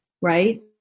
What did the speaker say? right